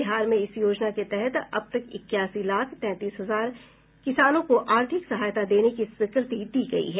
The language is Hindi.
बिहार में इस योजना के तहत अब तक इक्यासी लाख तैंतीस हजार किसानों को आर्थिक सहायता देने की स्वीकृति दी गयी है